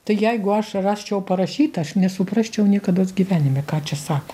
tai jeigu aš rasčiau parašyta aš nesuprasčiau niekados gyvenime ką čia sako